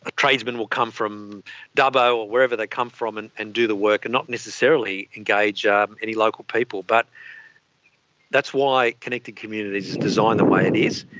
ah tradesmen will come from dubbo or wherever they come from and and do the work and not necessarily engage ah um any local people. but that's why connected communities is designed the way it is.